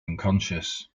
unconscious